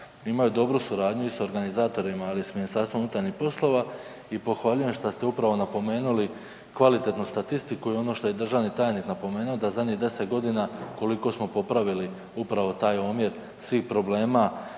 imaju dobru suradnju i s organizatorima, ali i s MUP-om i pohvaljujem što ste upravo napomenuli kvalitetnu statistiku i ono što je državni tajnik napomenuo da zadnji 10 godina koliko smo popravili upravo taj omjer svih problema